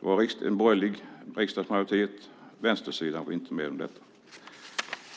Det var en borgerlig riksdagsmajoritet. Vänstersidan var inte med om detta.